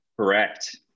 Correct